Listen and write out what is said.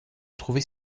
trouver